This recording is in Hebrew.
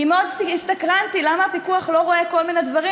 כי מאוד הסתקרנתי למה הפיקוח לא רואה כל מיני דברים